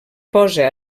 posa